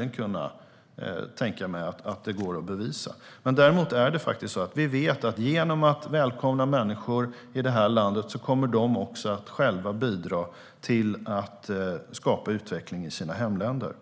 Jag kan tänka mig att det möjligen går att bevisa. Däremot vet vi att genom att människor välkomnas i det här landet kommer de själva att bidra till att skapa utveckling i sina hemländer.